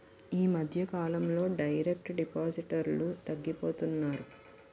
ఈ మధ్యకాలంలో డైరెక్ట్ డిపాజిటర్లు తగ్గిపోతున్నారు